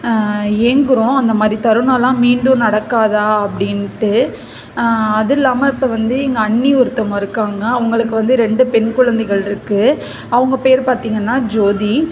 ஏங்குகிறோம் அந்தமாதிரி தருணம்லாம் மீண்டும் நடக்காதா அப்படின்ட்டு அது இல்லாமல் இப்போ வந்து எங்கள் அண்ணி ஒருத்தவங்க இருக்காங்கள் அவங்களுக்கு வந்து ரெண்டு பெண் குழந்தைகள் இருக்குது அவங்க பேர் பார்த்திங்கன்னா ஜோதி